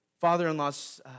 father-in-law's